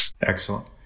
Excellent